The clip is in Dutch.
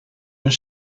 een